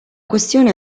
questione